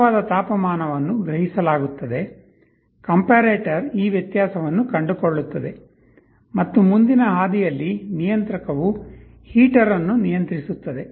ನಿಜವಾದ ತಾಪಮಾನವನ್ನು ಗ್ರಹಿಸಲಾಗುತ್ತದೆ ಕಂಪಾರೇಟರ್ ಈ ವ್ಯತ್ಯಾಸವನ್ನು ಕಂಡುಕೊಳ್ಳುತ್ತದೆ ಮತ್ತು ಮುಂದಿನ ಹಾದಿಯಲ್ಲಿ ನಿಯಂತ್ರಕವು ಹೀಟರ್ ಅನ್ನು ನಿಯಂತ್ರಿಸುತ್ತದೆ